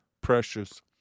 precious